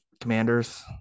Commanders